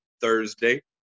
Thursday